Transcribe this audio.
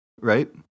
right